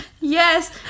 Yes